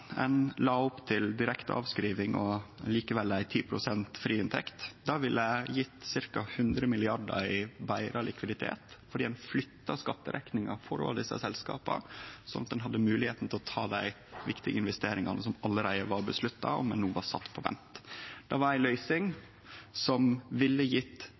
Ein la opp til direkte avskriving og likevel 10 pst. friinntekt. Det ville gjeve ca. 100 mrd. kr i betra likviditet fordi ein flytta skatterekninga for selskapa slik at ein hadde moglegheit til å ta dei viktige investeringane som allereie var vedtekne, men no var sette på vent. Det var ei løysing som ville